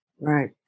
Right